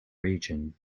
region